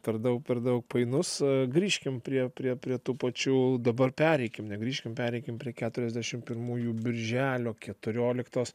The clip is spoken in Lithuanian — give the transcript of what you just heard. per daug per daug painus grįžkim prie prie prie tų pačių dabar pereikim negrįžkim pereikim prie keturiasdešim pirmųjų birželio keturioliktos